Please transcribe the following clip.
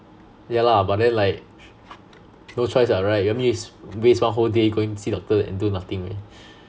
yeah lah but then like no choice lah right you want me to waste one whole day go in see doctor and do nothing meh